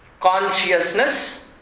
Consciousness